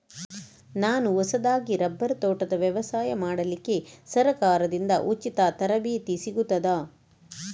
ನಾನು ಹೊಸದಾಗಿ ರಬ್ಬರ್ ತೋಟದ ವ್ಯವಸಾಯ ಮಾಡಲಿಕ್ಕೆ ಸರಕಾರದಿಂದ ಉಚಿತ ತರಬೇತಿ ಸಿಗುತ್ತದಾ?